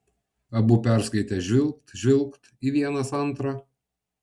abu perskaitę žvilgt žvilgt į vienas antrą